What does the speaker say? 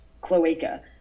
cloaca